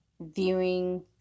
viewing